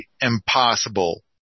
impossible